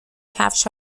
کفش